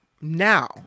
now